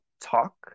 talk